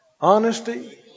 Honesty